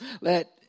Let